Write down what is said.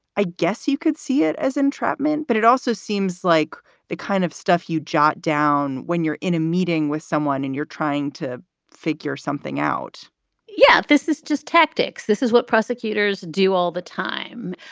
i guess you could see it as entrapment. but it also seems like the kind of stuff you jot down when you're in a meeting with someone and you're trying to figure something out yeah. this is just tactics. this is what prosecutors do all the time.